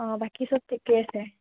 অঁ বাকী চব ঠিকে আছে